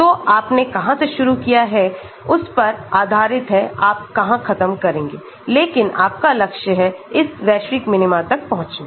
तो आपने कहां से शुरू किया है उस पर आधारित है आप कहां खत्म करेंगे लेकिन आपका लक्ष्य है इस वैश्विक मिनीमा तक पहुंचना